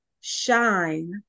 shine